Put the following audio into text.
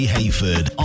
Hayford